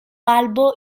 albo